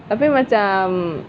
tapi macam